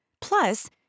Plus